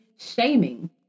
shaming